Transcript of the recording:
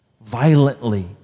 violently